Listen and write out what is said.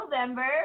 November